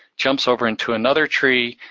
jumps over into another tree,